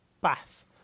bath